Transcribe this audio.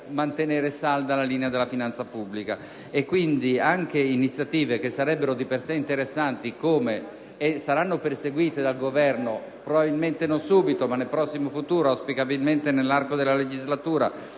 mantenere salda la linea della finanza pubblica. Quindi, anche su iniziative che sarebbero di per sé interessanti e che saranno perseguite dal Governo (probabilmente non subito, ma nel prossimo futuro e auspicabilmente nell'arco della legislatura),